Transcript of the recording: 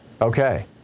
Okay